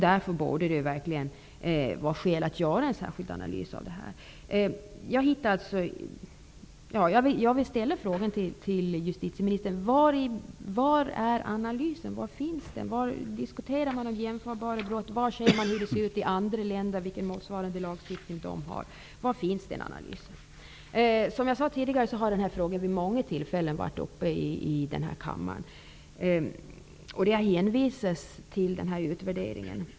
Det borde därför verkligen vara skäl att göra en särskild analys av denna företeelse. Jag vill fråga justitieministern: Var är analysen? Var diskuterar man jämförbara brott, och var ser man på vilken motsvarande lagstiftning man har i andra länder? Som jag sagt har denna fråga tidigare många gånger varit uppe här i kammaren, och det har då hänvisats till den aktuella utvärderingen.